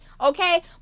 okay